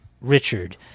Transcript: Richard